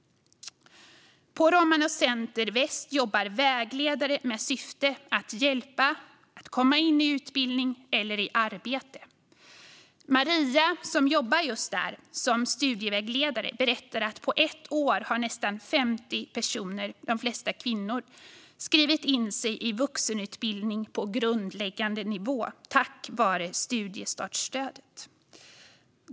På Romano Center i Väst jobbar vägledare med syfte att hjälpa romer att komma in i utbildning eller arbete. Maria, som jobbar där som studievägledare, berättar att på ett år har nästan 50 personer, de flesta kvinnor, skrivit in sig i vuxenutbildning på grundläggande nivå, tack vare studiestartsstödet.